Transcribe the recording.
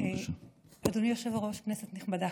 אדוני היושב-ראש, כנסת נכבדה.